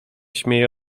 śmieje